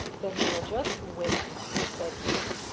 then we'll just wait, said he,